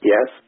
Yes